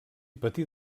patir